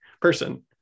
person